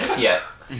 Yes